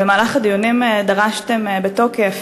במהלך הדיונים דרשתם בתוקף